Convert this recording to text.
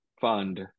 fund